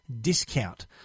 discount